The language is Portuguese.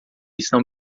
estão